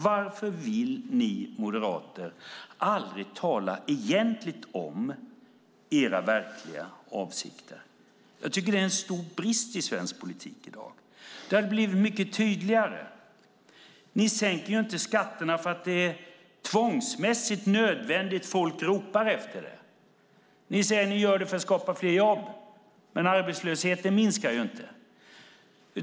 Varför vill ni moderater aldrig tala om era verkliga avsikter? Jag tycker att det är en stor brist i svensk politik i dag. Det hade blivit mycket tydligare. Ni sänker inte skatterna för att det är tvångsmässigt nödvändigt och för att folk ropar efter det. Ni säger att ni gör det för att skapa fler jobb. Men arbetslösheten minskar inte.